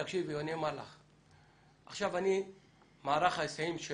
אני אומר לך, עכשיו אני מערך ההיסעים של